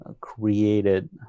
created